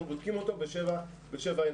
אנחנו בודקים אותו בשבע עיניים.